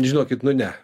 žinokit nu ne